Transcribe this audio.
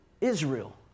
Israel